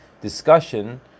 discussion